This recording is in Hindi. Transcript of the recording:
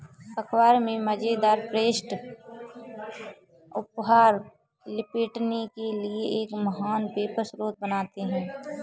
अख़बार में मज़ेदार पृष्ठ उपहार लपेटने के लिए एक महान पेपर स्रोत बनाते हैं